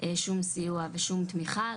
שום סיוע ושום תמיכה,